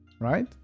right